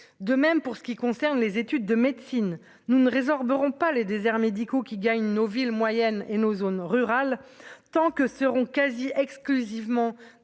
de même pour ce qui concerne les études de médecine nous ne auront pas les déserts médicaux qui gagne nos villes moyennes et nos zones rurales tant que seront quasi exclusivement